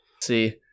see